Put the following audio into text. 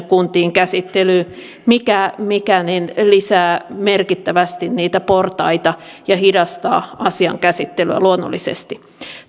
kuntiin käsittelyyn mikä mikä lisää merkittävästi niitä portaita ja hidastaa asian käsittelyä luonnollisesti